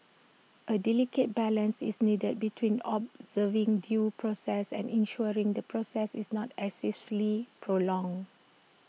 A delicate balance is needed between observing due process and ensuring the process is not excessively prolonged